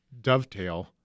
dovetail